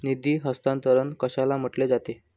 निधी हस्तांतरण कशाला म्हटले जाते?